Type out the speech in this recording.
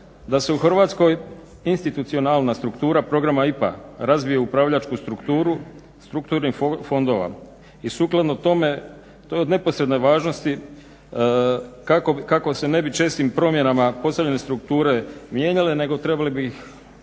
da se u Hrvatskoj institucionalna struktura programa IPA razvije u upravljačku strukturu strukturnih fondova. I sukladno tome to je od neposredne važnosti kako se ne bi čestim promjena postavljene strukture mijenjale nego bi trebalo raditi